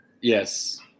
Yes